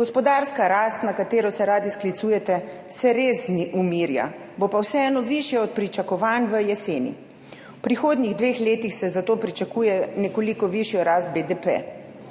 Gospodarska rast, na katero se radi sklicujete, se res ne umirja, bo pa vseeno višja od pričakovanj v jeseni. V prihodnjih dveh letih se za to pričakuje nekoliko višjo rast BDP.